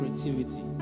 creativity